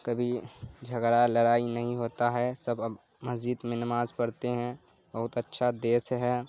کبھی جھگڑا لڑائی نہیں ہوتا ہے سب اب مسجد میں نماز پڑھتے ہیں بہت اچھا دیس ہے